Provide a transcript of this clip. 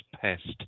pest